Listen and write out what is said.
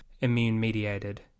immune-mediated